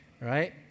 right